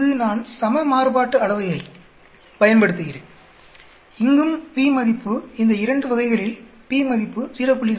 இங்கு நான் சம மாறுபாட்டு அளவையை பயன்படுத்துகிறேன் இங்கும் p மதிப்பு இந்த இரண்டு வகைகளில் p மதிப்பு 0